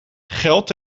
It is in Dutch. geld